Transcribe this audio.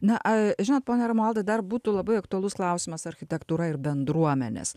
na žinot pone romualdai dar būtų labai aktualus klausimas architektūra ir bendruomenės